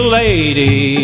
lady